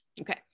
Okay